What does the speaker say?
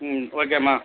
ம் ஓகேம்மா